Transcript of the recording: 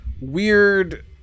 weird